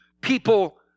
people